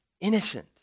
innocent